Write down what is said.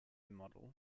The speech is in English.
model